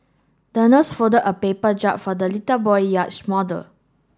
the nurse folded a paper for the little boy yacht model